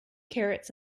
carrots